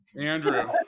Andrew